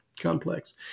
complex